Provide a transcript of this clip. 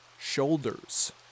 shoulders